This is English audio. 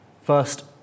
First